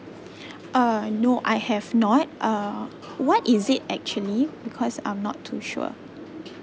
uh no I have not uh what is it actually because I'm not too sure